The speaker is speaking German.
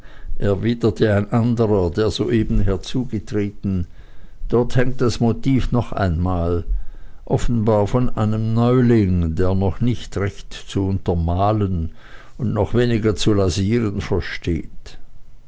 ein anderer der soeben herzugetreten dort hängt das motiv noch einmal offenbar von einem neuling der noch nicht recht zu untermalen und noch weniger zu lasieren versteht